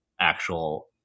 actual